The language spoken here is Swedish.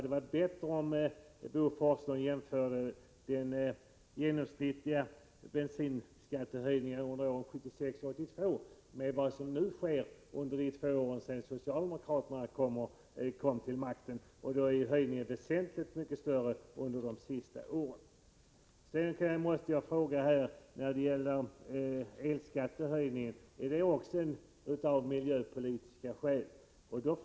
Det vore bättre om Bo Forslund jämförde den genomsnittliga bensinskattehöjningen under åren 1976-1982 med vad som har skett under de två åren efter att socialdemokraterna kom till makten. Skattehöjningen blir väsentligt mycket större vid den senare jämförelsen. När det gäller elskattehöjningen måste jag fråga om också den görs av miljöpolitiska skäl.